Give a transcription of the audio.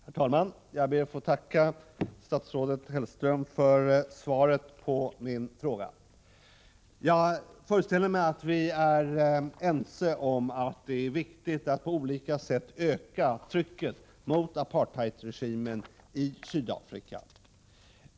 Herr talman! Jag ber att få tacka statsrådet Hellström för svaret på min fråga. Jag föreställer mig att vi är ense om att det är viktigt att på olika sätt öka trycket mot apartheidregimen i Sydafrika.